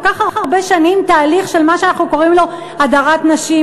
כך הרבה שנים תהליך של מה שאנחנו קוראים לו "הדרת נשים",